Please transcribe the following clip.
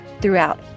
throughout